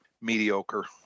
mediocre